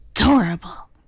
adorable